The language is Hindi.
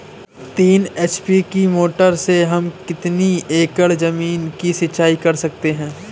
तीन एच.पी की मोटर से हम कितनी एकड़ ज़मीन की सिंचाई कर सकते हैं?